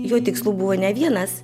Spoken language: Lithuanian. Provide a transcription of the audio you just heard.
jo tikslų buvo ne vienas